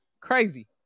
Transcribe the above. Crazy